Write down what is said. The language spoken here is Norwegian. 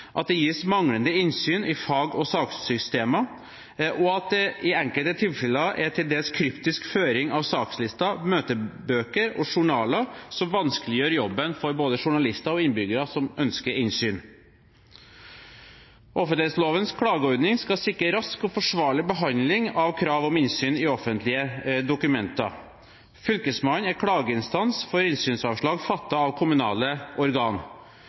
at det gis manglende innsyn i fag- og sakssystemer, og at det i enkelte tilfeller er til dels kryptisk føring av sakslister, møtebøker og journaler, som vanskeliggjør jobben for både journalister og innbyggere som ønsker innsyn. Offentlighetslovens klageordning skal sikre rask og forsvarlig behandling av krav om innsyn i offentlige dokumenter. Fylkesmannen er klageinstans for innsynsavslag fattet av kommunale